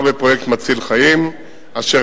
אדוני היושב-ראש,